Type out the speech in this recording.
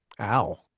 ow